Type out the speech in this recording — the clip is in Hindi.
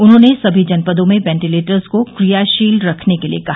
उन्होंने सभी जनपदों में वेंटीलेटर्स को क्रियाशील रखने के लिये कहा